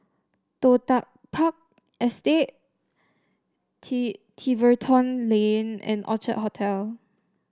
Toh Tuck Park Estate Tiverton Lane and Orchard Hotel